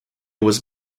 was